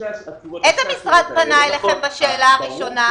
איזה משרד פנה אליכם בשאלה הראשונה?